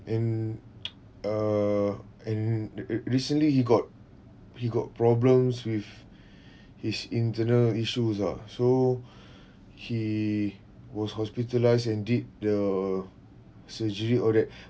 and err and re~ re~ recently he got he got problems with his internal issues ah so he was hospitalised and did the surgery all that